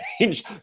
change